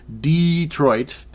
Detroit